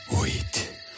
Wait